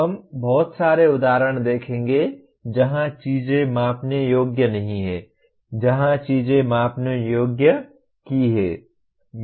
हम बहुत सारे उदाहरण देखेंगे जहां चीजें मापने योग्य नहीं हैं जहां चीजें मापने योग्य की हैं